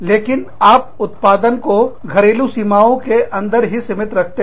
लेकिन आप उत्पादन को घरेलू सीमाओं के अंदर ही सीमित रखते हैं